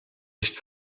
nicht